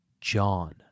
John